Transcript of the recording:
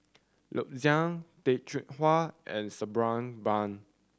Loo Zihan Tay Chong Hai and Sabri Buang